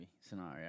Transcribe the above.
Scenario